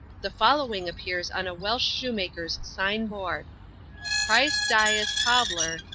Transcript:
the following appears on a welsh shoemaker's sign-board pryce dyas coblar,